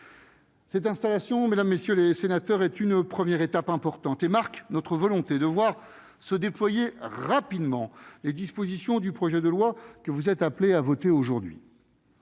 Cette installation, mesdames, messieurs les sénateurs, est une première étape importante. Elle marque notre volonté de voir se déployer rapidement les dispositions du projet de loi que vous êtes appelés à voter aujourd'hui.